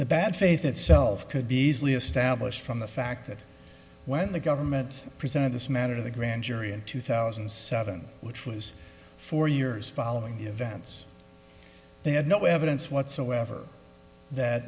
the bad faith itself could be easily established from the fact that when the government presented this matter to the grand jury in two thousand and seven which was four years following the events they had no evidence whatsoever that